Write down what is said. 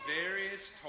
various